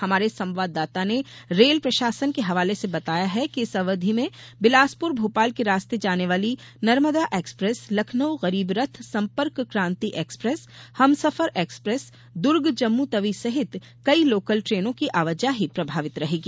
हमारे संवाददाता ने रेल प्रशासन के हवाले से बताया है कि इस अवधि में बिलासपुर भोपाल के रास्ते जाने वाली नर्मदा एक्सप्रेस लखनऊ गरीबरथ संपर्ककान्ति एक्सप्रेस हमसफर एक्सप्रेसदुर्ग जम्मूतवी सहित कई लोकल ट्रेनों की आवाजाही प्रभावित रहेगी